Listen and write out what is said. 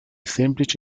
semplici